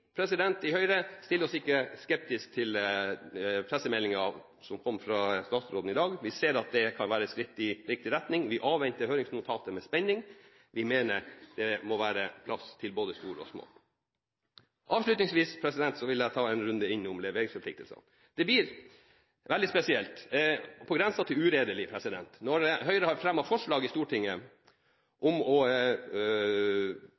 i Høyre er ikke skeptiske til pressemeldingen som kom fra statsråden i dag. Vi ser at det kan være et skritt i riktig retning. Vi avventer høringsnotatet med spenning. Vi mener det må være plass til både store og små. Avslutningsvis vil jeg ta en runde innom leveringsforpliktelsene. Det blir veldig spesielt – på grensen til uredelig – at når Høyre har fremmet forslag i Stortinget